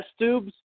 tubes